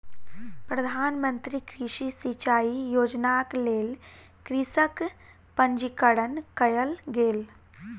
प्रधान मंत्री कृषि सिचाई योजनाक लेल कृषकक पंजीकरण कयल गेल